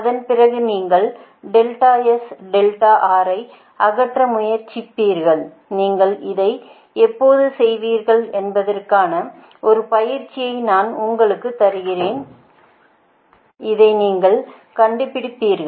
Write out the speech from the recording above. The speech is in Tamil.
அதன் பிறகு நீங்கள் ஐ அகற்ற முயற்சிப்பீர்கள் நீங்கள் இதை எப்போது செய்வீர்கள் என்பதற்கான ஒரு பயிற்சியை நான் உங்களுக்கு தருகிறேன் இதை நீங்கள் கண்டுபிடிப்பீர்கள்